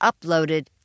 uploaded